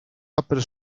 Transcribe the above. opere